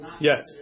Yes